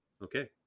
Okay